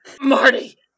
Marty